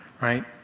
right